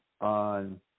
on